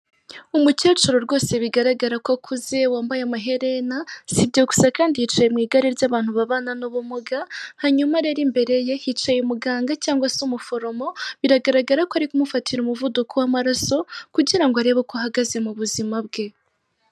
Umukecuru rwose bigaragara ko akuze wambaye amaherena. Si ibyo gusa kandi yicaye mu igare ry'abantu babana n'ubumuga. Hanyuma rero imbere ye hicaye umuganga cyangwa se umuforomo, biragaragara ko arikumufatira umuvuduko w'amaraso kugira arebe uko ahagaze mu buzima bwe.